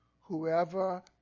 whoever